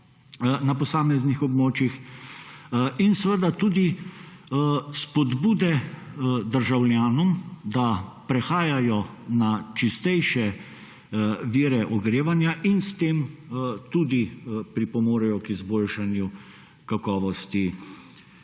na posameznih območjih in seveda tudi spodbude državljanom, da prehajajo na čistejše vire ogrevanja in s tem tudi pripomorejo k izboljšanju kakovosti